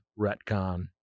retcon